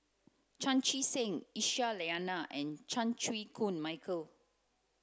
Chan Chee Seng Aisyah Lyana and Chan Chew Koon Michael